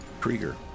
Krieger